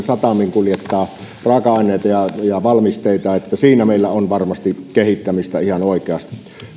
satamiin kuljettaa raaka aineita ja ja valmisteita siinä meillä on varmasti kehittämistä ihan oikeasti